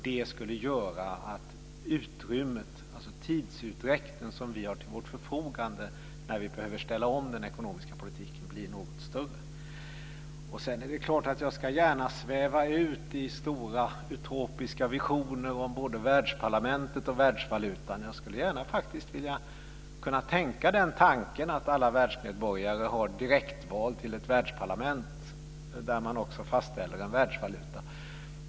Det skulle göra att den tidsutdräkt som vi har till vårt förfogande när vi behöver ställa om den ekonomiska politiken blir något större. Jag ska gärna sväva ut i stora utopiska visioner om både världsparlamentet och världsvalutan. Jag skulle gärna kunna tänka den tanken att alla världsmedborgare har direktval till ett världsparlament, där man också fastställer en världsvaluta.